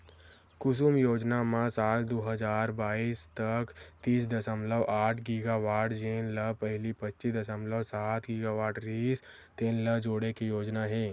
कुसुम योजना म साल दू हजार बाइस तक तीस दसमलव आठ गीगावाट जेन ल पहिली पच्चीस दसमलव सात गीगावाट रिहिस तेन ल जोड़े के योजना हे